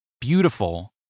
beautiful